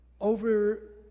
over